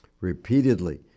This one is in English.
Repeatedly